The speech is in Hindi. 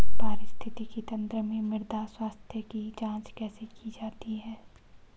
पारिस्थितिकी तंत्र में मृदा स्वास्थ्य की जांच कैसे की जाती है?